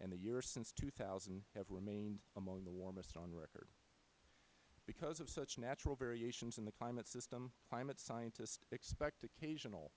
and the years since two thousand have remained among the warmest on record because of such natural variations in the climate system climate scientists expect occasional